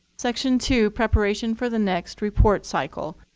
section two, preparation for the next report cycle.